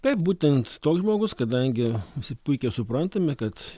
taip būtent toks žmogus kadangi visi puikiai suprantame kad